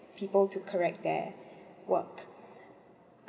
people to correct their work